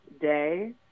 day